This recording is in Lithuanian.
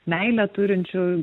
meilę turinčių